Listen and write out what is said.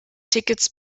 tickets